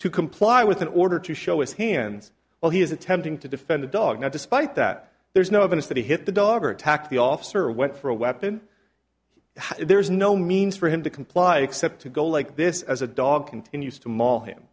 to comply with an order to show his hands while he is attempting to defend the dog despite that there is no evidence that he hit the dog or attacked the officer went for a weapon there is no means for him to comply except to go like this as a dog continues to maul him